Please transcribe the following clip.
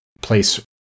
place